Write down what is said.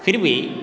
फिर भी